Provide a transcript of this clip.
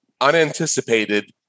unanticipated